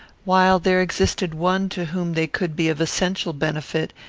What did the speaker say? while there existed one to whom they could be of essential benefit,